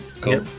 cool